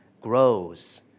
grows